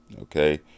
Okay